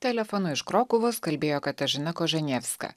telefonu iš krokuvos kalbėjo katažina kožanevska